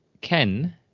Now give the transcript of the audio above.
Ken